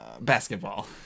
Basketball